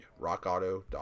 rockauto.com